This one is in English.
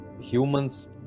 humans